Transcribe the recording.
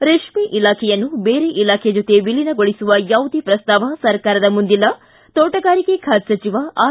ಿ ರೇಷ್ಮೆ ಇಲಾಖೆಯನ್ನು ಬೇರೆ ಇಲಾಖೆ ಜತೆ ವಿಲೀನಗೊಳಿಸುವ ಯಾವುದೇ ಪ್ರಸ್ತಾವ ಸರ್ಕಾರದ ಮುಂದಿಲ್ಲ ತೋಟಗಾರಿಕೆ ಖಾತೆ ಸಚಿವ ಆರ್